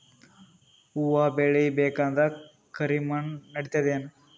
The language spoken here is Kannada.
ಹುವ ಬೇಳಿ ಬೇಕಂದ್ರ ಕರಿಮಣ್ ನಡಿತದೇನು?